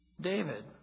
David